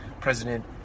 president